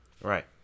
Right